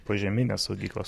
požeminės saugyklos